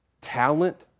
talent